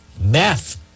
meth